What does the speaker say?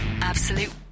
Absolute